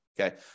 Okay